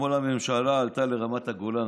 אתמול הממשלה עלתה לרמת הגולן,